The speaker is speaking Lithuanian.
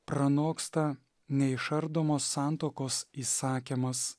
pranoksta neišardomos santuokos įsakymas